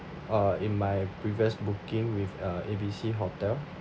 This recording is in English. uh in my previous booking with uh A B C hotel